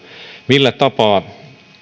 millä tapaa